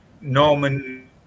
Norman